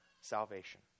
salvation